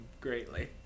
greatly